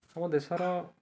ଆମ ଦେଶର